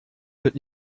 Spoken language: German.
wird